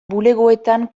bulegoetan